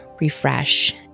refresh